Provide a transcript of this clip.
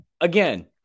again